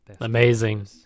amazing